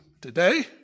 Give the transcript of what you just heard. today